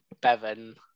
Bevan